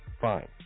Fine